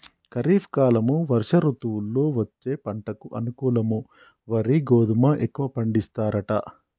ఖరీఫ్ కాలం వర్ష ఋతువుల్లో వచ్చే పంటకు అనుకూలం వరి గోధుమ ఎక్కువ పండిస్తారట